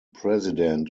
president